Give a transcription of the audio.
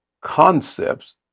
concepts